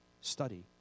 study